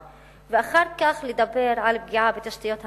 ואחר כך לדבר על פגיעה בתשתיות המדינה,